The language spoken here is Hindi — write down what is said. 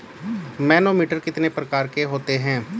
मैनोमीटर कितने प्रकार के होते हैं?